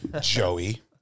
Joey